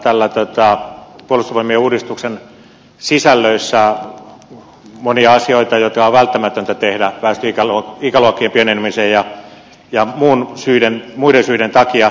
puolustusvoimien uudistuksen sisällöissä on monia asioita jotka on välttämätöntä tehdä väestön ikäluokkien pienenemisen ja muiden syiden takia